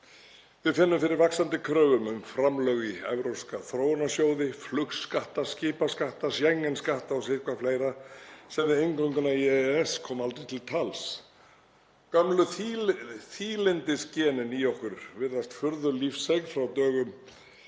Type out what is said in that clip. Við finnum fyrir vaxandi kröfum um framlög í evrópska þróunarsjóði, flugskatta, skipaskatta, Schengen-skatta og sitthvað fleira sem við inngönguna í EES komu aldrei til tals. Gömlu þýlyndisgenin í okkur virðast furðulífseig frá dögum